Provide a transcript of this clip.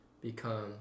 become